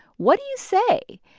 what do you say?